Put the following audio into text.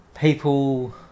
people